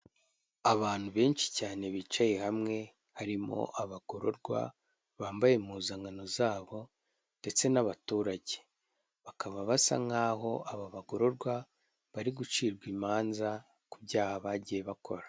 Abantu benshi cyane bicaye hamwe harimo abagororwa, bambaye impuzankano zabo ndetse n'abaturage, bakaba basa nk'aho aba bagororwa bari gucirwa imanza, ku byaha bagiye bakora.